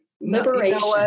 Liberation